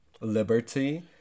Liberty